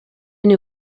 new